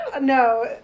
No